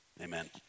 amen